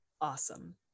Awesome